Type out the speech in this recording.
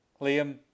liam